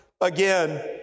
again